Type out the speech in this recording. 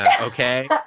okay